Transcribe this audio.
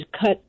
cut